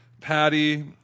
Patty